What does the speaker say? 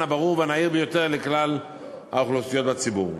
הברור והנהיר ביותר לכלל האוכלוסיות בציבור.